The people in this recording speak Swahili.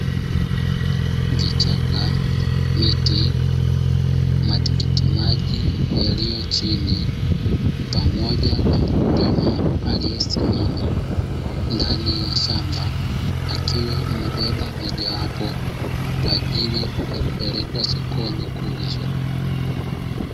Vichaka, miti, matikiti maji yaliyo chini pamoja na mkulima aliye simama ndani ya shamba akiwa amebeba mojawapo kwaajili ya kupelekwa sokoni kuuzwa.